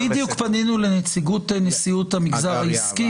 ובדיוק פנינו לנציגות הנשיאות המגזר העסקי.